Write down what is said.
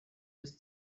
des